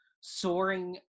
soaring